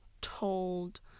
told